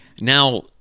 now